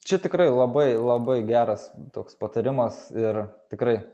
čia tikrai labai labai geras toks patarimas ir tikrai